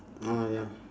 orh ya